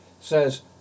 says